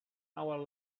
hour